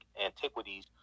Antiquities